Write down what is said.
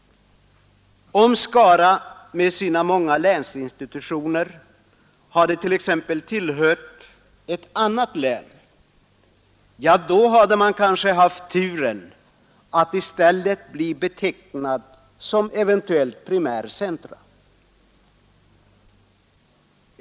Om Skara med sina många länsinstitutioner hade tillhört ett annat län, hade kommunen kanske haft turen att bli betecknad som primärt centrum.